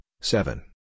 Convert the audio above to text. seven